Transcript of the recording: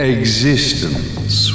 existence